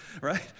right